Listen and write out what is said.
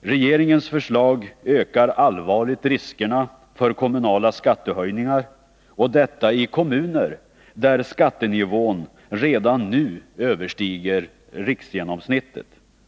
Regeringens förslag ökar allvarligt riskerna för kommunala skattehöjningar, och detta i kommuner där skattenivån redan nu överstiger riksgenomsnittet.